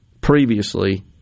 previously